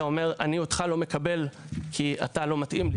אומר: אני אותך לא מקבל כי אתה לא מתאים.